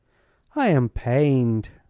i am pained,